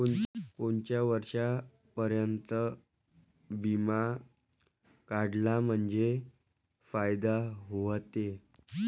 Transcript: कोनच्या वर्षापर्यंत बिमा काढला म्हंजे फायदा व्हते?